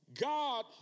God